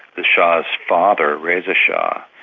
the shah's father, reza shah,